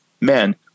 men